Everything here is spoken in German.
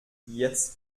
jetzt